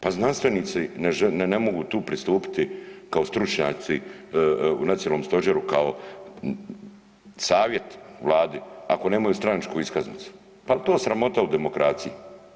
Pa znanstvenici ne mogu tu pristupiti kao stručnjaci u nacionalnom stožeru kao savjet Vladi ako nemaju stranačku iskaznicu, pa to sramota u demokraciji.